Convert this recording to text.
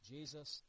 Jesus